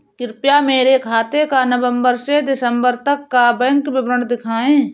कृपया मेरे खाते का नवम्बर से दिसम्बर तक का बैंक विवरण दिखाएं?